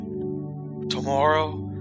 tomorrow